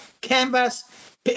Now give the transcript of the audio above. canvas